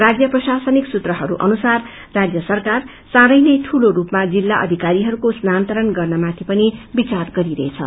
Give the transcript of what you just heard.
राजय प्रशासनिक सूत्रहरू अनुसार राज्य सरकार चोँडै नै डूलो रूपमा जिल्ला अरिीहरूको स्थानान्तरण गर्नमाथि विचार गरिरहेछ